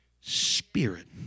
spirit